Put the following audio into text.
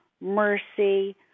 mercy